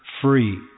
free